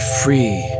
free